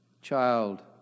child